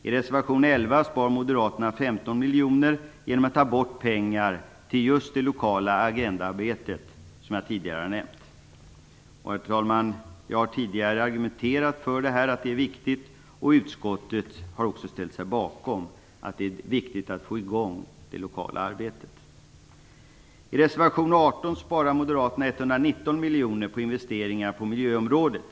I reservation 11 sparar moderaterna 15 miljoner kronor genom att ta bort pengar till just det lokala Agenda 21-arbetet, som jag tidigare har nämnt. Herr talman! Jag har tidigare argumenterat för att det är viktigt att få i gång det lokala arbetet, och det har utskottet också ställt sig bakom. I reservation 18 sparar moderaterna 191 miljoner på investeringar inom miljöområdet.